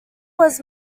was